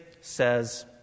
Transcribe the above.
says